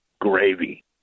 gravy